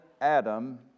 Adam